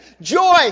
Joy